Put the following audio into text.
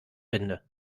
finde